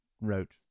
wrote